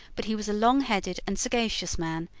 but he was a long-headed and sagacious man,